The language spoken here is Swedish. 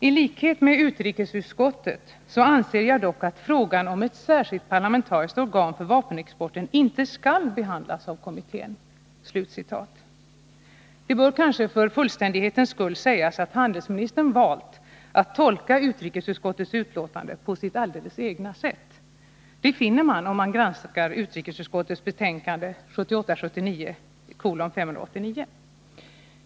I likhet med utrikesutskottet anser jag dock att frågan om ett särskilt parlamentariskt organ för vapenexporten inte skall behandlas av kommittén.” Det bör kanske för fullständighetens skull sägas att handelsministern valt att tolka utrikesutskottets utlåtande på sitt alldeles egna sätt. Det finner man om man granskar utrikesutskottets betänkande 1978/79:589.